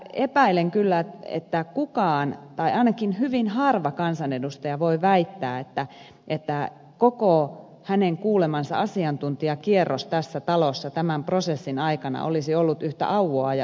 epäilen kyllä että ei kukaan tai ainakin hyvin harva kansanedustaja voi väittää että koko hänen kuulemansa asiantuntijakierros tässä talossa tämän prosessin aikana olisi ollut yhtä auvoa ja yksimielisyyttä